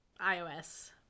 ios